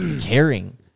caring